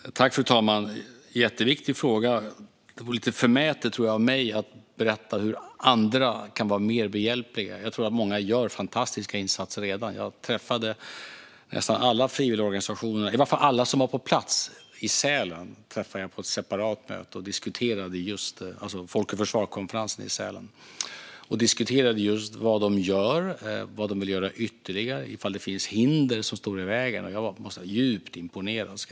Fru talman! Detta är en jätteviktig fråga, men jag tror att det vore lite förmätet av mig att berätta hur andra kan vara mer behjälpliga. Jag tror att många gör fantastiska insatser redan. Alla frivilligorganisationer som var på plats på Folk och försvars konferens i Sälen träffade jag på ett separat möte där vi diskuterade just vad de gör, vad de vill göra ytterligare och om det finns hinder som står i vägen. Jag måste säga att jag var djupt imponerad.